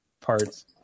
parts